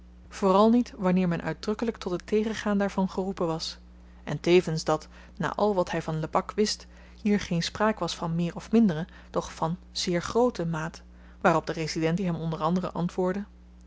vooral niet wanneer men uitdrukkelyk tot het tegengaan daarvan geroepen was en tevens dat na al wat hy van lebak wist hier geen spraak was van meer of mindere doch van zeer groote maat waarop de resident hem onder anderen antwoordde